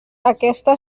aquesta